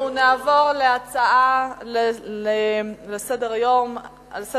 אנחנו נעבור להצעה שעל סדר-יומנו.